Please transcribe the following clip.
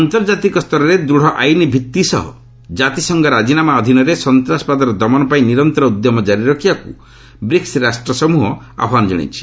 ଆନ୍ତର୍ଜାତିକ ସ୍ତରରେ ଦୂଢ଼ ଆଇନ୍ ଭିତ୍ତି ସହ ଜାତିସଂଘ ରାଜିନାମା ଅଧୀନରେ ସନ୍ତାସବାଦର ଦମନ ପାଇଁ ନିରନ୍ତର ଉଦ୍ୟମ ଜାରି ରଖିବାକୁ ବ୍ରିକ୍ନ ରାଷ୍ଟ୍ରସମୃହ ଆହ୍ପାନ ଜଣାଇଛି